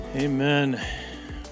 Amen